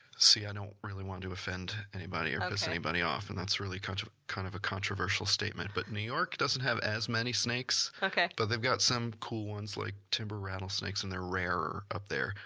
see, i don't really want to offend anybody or piss anybody off, and that's really kind of kind of a controversial statement. but new york doesn't have as many snakes. but they've got some cool ones like timber rattlesnakes, and they're rarer up there.